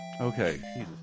Okay